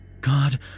God